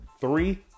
three